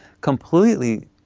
completely